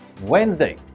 Wednesday